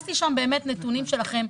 חיפשתי שם נתונים שלכם.